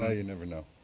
ah you never know.